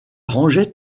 rangeait